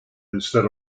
instead